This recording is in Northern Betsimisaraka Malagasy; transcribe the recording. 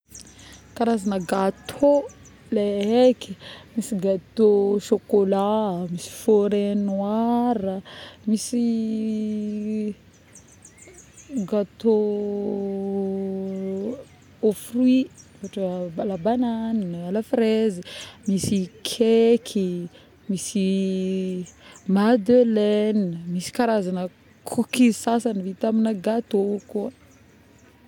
Karazagny gâteau le haiky misy gâteau chocolat, mis forêt noira, misy gâteau au fruits ôhatra à la banane, à la fraise, misy keky.yy, misy madeleine.yy, misy karazgna kokizy sasany vita amina gâteau koa